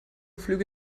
flüge